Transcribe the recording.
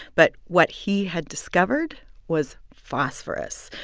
but what he had discovered was phosphorous.